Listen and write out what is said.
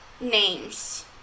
names